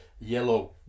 yellow